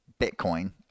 Bitcoin